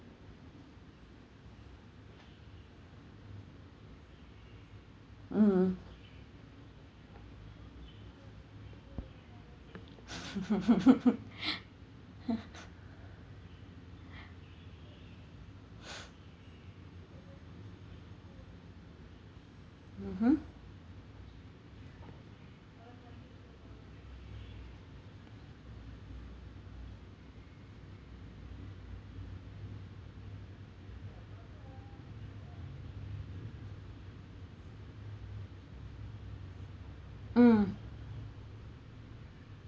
mmhmm mmhmm mm